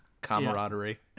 camaraderie